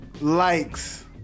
likes